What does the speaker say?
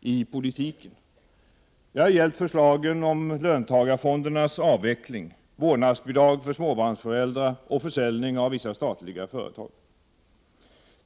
i politiken — när det har gällt förslagen om löntagarfondernas avveckling, vårdnadsbidrag för småbarnsföräldrar och försäljning av vissa statliga företag.